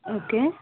okay